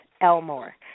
Elmore